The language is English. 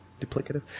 Duplicative